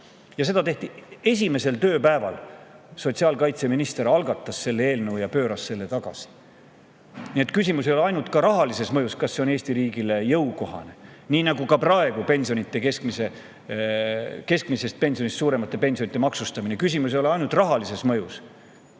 Ja seda tehti esimesel tööpäeval. Sotsiaalkaitseminister algatas selle eelnõu ja pööras selle tagasi. Nii et küsimus ei ole ainult rahalises mõjus, kas see on Eesti riigile jõukohane. Samamoodi ei ole praegu keskmisest pensionist suuremate pensionide maksustamise puhul küsimus ainult rahalises mõjus.